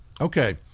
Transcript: okay